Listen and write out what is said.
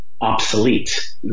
obsolete